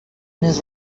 més